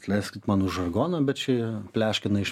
atleiskit man už žargoną bet čia pleškina iš